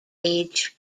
age